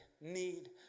need